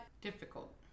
difficult